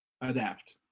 adapt